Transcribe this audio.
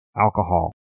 Alcohol